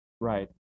Right